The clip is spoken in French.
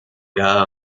cas